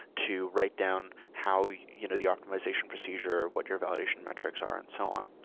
to write down how you know the optimization procedure or what your validation metrics are and so on.